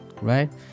right